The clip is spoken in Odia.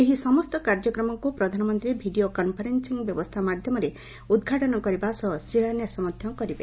ଏହି ସମସ୍ତ କାର୍ଯ୍ୟକ୍ରମକୁ ପ୍ରଧାନମନ୍ତୀ ଭିଡ଼ିଓ କନ୍ଫରେନ୍ସିଂ ବ୍ୟବସ୍ସା ମାଧ୍ଧମରେ ଉଦ୍ଘାଟନ କରିବା ସହ ଶିଳାନ୍ୟାସ ମଧ୍ଧ କରିବେ